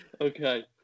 Okay